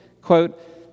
quote